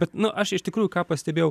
bet nu aš iš tikrųjų ką pastebėjau